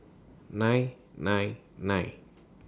nine nine nine